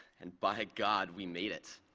and by god, we made it.